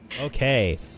Okay